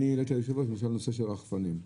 היום יש כבר שימוש ברחפנים בתדרים שהקצנו.